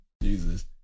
Jesus